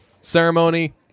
ceremony